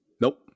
Nope